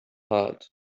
had